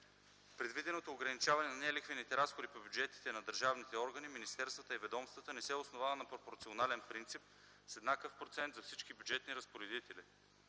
Предвиденото ограничаване на нелихвените разходи по бюджетите на държавните органи, министерствата и ведомствата не се основава на пропорционален принцип, с еднакъв процент за всички бюджетни разпоредители.